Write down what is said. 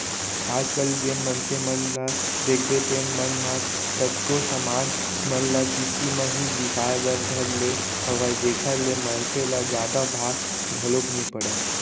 आज कल जेन मनसे मन ल देखबे तेन मन ह कतको समान मन ल किस्ती म ही बिसाय बर धर ले हवय जेखर ले मनसे ल जादा भार घलोक नइ पड़य